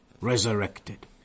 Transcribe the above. resurrected